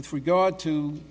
with regard to